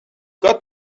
got